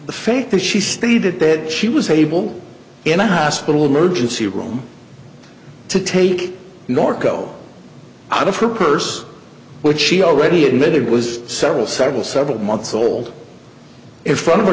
stated that she was able in a hospital emergency room to take norco out of her purse which she already admitted was several several several months old if front of a